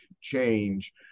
change